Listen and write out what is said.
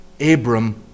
Abram